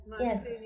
Yes